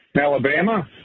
Alabama